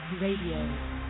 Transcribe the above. Radio